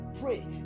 pray